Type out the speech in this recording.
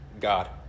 God